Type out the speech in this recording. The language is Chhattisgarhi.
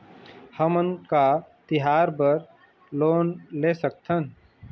हमन का तिहार बर लोन ले सकथन?